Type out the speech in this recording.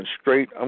straight